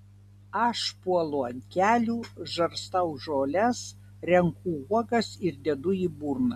aš puolu ant kelių žarstau žoles renku uogas ir dedu į burną